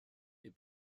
est